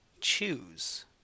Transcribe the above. Choose